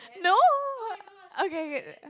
no okay okay